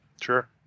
sure